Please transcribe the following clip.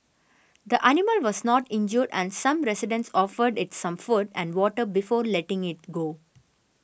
the animal was not injured and some residents offered it some food and water before letting it go